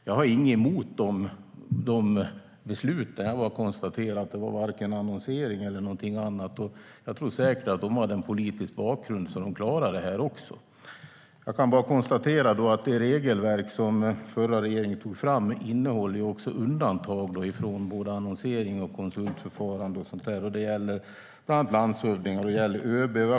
Jag har inget emot de besluten. Jag bara konstaterar att varken annonsering eller någonting annat skedde. Jag tror säkert att de med sin politiska bakgrund klarade också detta. Det regelverk som den förra regeringen tog fram innehåller undantag från både annonserings och konsultförfarande. Det gäller bland annat landshövdingar och ÖB.